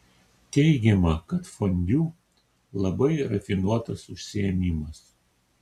teigiama kad fondiu labai rafinuotas užsiėmimas